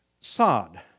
sod